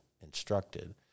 instructed